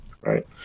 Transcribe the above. Right